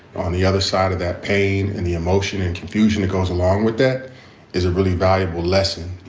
on the other side of that pain and the emotion and confusion that goes along with that is a really valuable lesson.